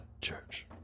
church